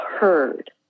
heard